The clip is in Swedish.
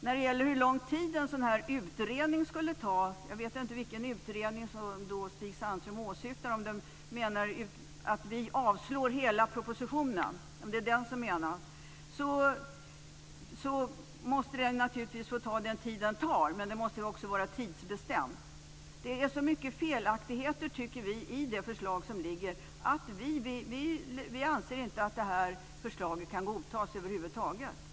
När det gäller hur lång tid en utredning skulle ta - jag inte vilken utredning som Stig Sandström åsyftar - måste utredningen naturligtvis få ta den tid den tar. Men det måste finnas en tidsgräns. Det är så mycket felaktigheter, tycker vi, i det förslag som ligger att vi anser att förslaget inte kan godtas över huvud taget.